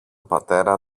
πατέρα